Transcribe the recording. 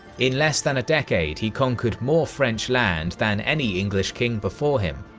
in less than a decade he conquered more french land than any english king before him.